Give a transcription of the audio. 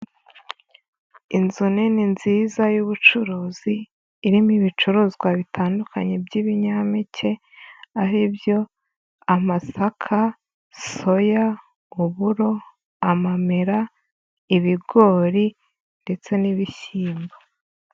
Inzu nini nziza y'ubucuruzi irimo ibicuruzwa bitandukanye by'ibinyampeke ari byo; amasaka, soya, uburo, amamera, ibigori, ndetse n'ibishyimbo.